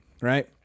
right